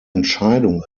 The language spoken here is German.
entscheidungen